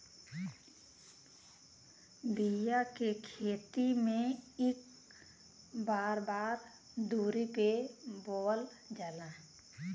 बिया के खेती में इक बराबर दुरी पे बोवल जाला